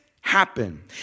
happen